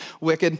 wicked